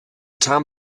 town